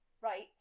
right